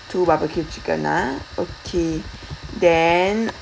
two barbecue chicken ah okay then